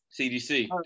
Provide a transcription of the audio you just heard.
CDC